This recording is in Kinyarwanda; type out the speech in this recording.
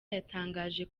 yatangaje